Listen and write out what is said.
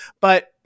but-